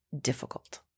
difficult